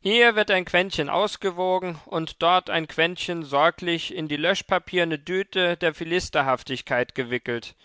hier wird ein quentchen ausgewogen und dort ein quentchen sorglich in die löschpapierne düte der philisterhaftigkeit gewickelt